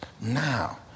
now